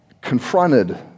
confronted